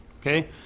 okay